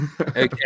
okay